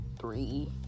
three